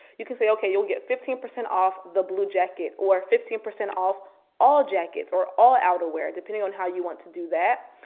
you can say, okay, you'll get fifteen percent off the blue jacket or fifteen percent off all jackets or all outerwear, depending on how you want to do that.